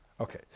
Okay